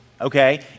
okay